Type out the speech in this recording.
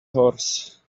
horse